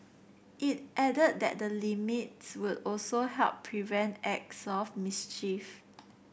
it added that the limits would also help prevent acts of mischief